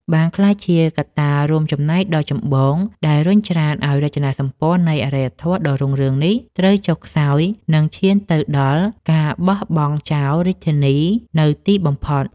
បានក្លាយជាកត្តារួមចំណែកដ៏ចម្បងដែលរុញច្រានឱ្យរចនាសម្ព័ន្ធនៃអរិយធម៌ដ៏រុងរឿងនេះត្រូវចុះខ្សោយ និងឈានទៅដល់ការបោះបង់ចោលរាជធានីនៅទីបំផុត។